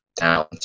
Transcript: down